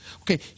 Okay